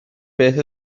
beth